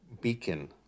beacon